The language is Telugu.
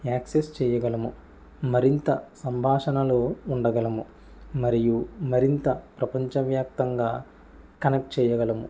యాక్సెస్ చేయగలము మరింత సంభాషణలో ఉండగలము మరియు మరింత ప్రపంచవ్యాప్తంగా కనెక్ట్ చేయగలము